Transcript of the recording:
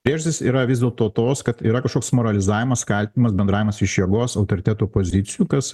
priežastys yra vis dėlto tos kad yra kažkoks moralizavimas kaltinimas bendravimas iš jėgos autoriteto pozicijų kas